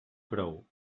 prou